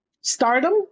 stardom